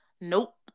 Nope